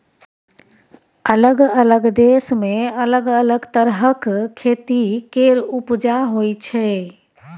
अलग अलग देश मे अलग तरहक खेती केर उपजा होइ छै